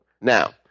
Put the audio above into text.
Now